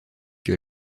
que